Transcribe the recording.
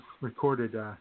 recorded